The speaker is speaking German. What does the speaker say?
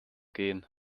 gehen